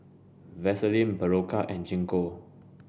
Vaselin Berocca and Gingko